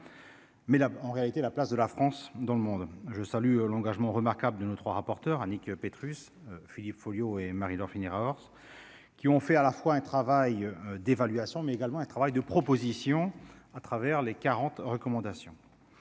mais là, en réalité, la place de la France dans le monde, je salue l'engagement remarquable de nos 3 rapporteur Annick Petrus Philippe Folliot et Marie-Laure Phinéra Horth qui ont fait à la fois un travail d'évaluation, mais également un travail de proposition à travers les 40 recommandations,